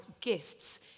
gifts